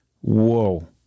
Whoa